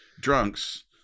drunks